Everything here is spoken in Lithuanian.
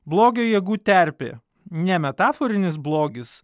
blogio jėgų terpė ne metaforinis blogis